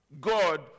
God